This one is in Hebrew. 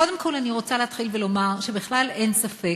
קודם כול אני רוצה להתחיל ולומר שבכלל אין ספק,